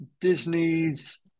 Disney's